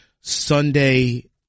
Sunday –